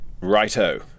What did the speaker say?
Righto